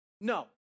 No